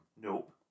Nope